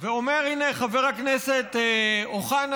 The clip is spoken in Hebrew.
ואומר חבר הכנסת אוחנה,